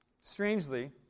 strangely